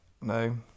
no